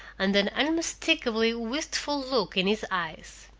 and an unmistakably wistful look in his eyes.